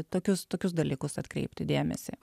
tokius tokius dalykus atkreipti dėmesį